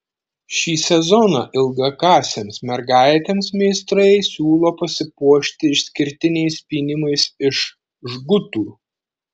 šį sezoną ilgakasėms mergaitėms meistrai siūlo pasipuošti išskirtiniais pynimais iš žgutų